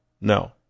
No